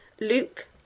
Luke